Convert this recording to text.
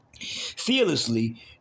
Fearlessly